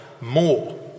more